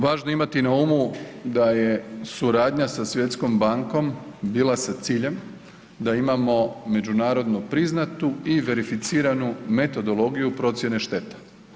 Važno je imati na umu da je suradnja sa Svjetskom bankom bila sa ciljem da imamo međunarodno priznatu i verificiranu metodologiju procjene šteta.